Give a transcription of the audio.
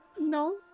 No